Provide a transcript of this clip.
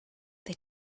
they